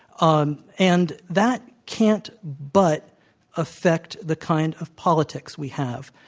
um and that can't but affect the kind of politics we have.